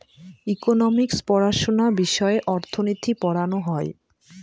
economics পড়াশোনা বিষয়ে অর্থনীতি পড়ানো হয়